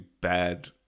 bad